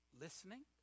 listening